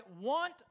want